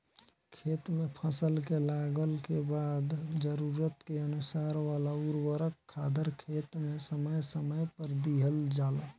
खेत में फसल के लागला के बाद जरूरत के अनुसार वाला उर्वरक खादर खेत में समय समय पर दिहल जाला